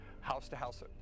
house-to-house